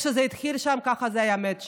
איך שזה התחיל שם, ככה זה היה מת שם,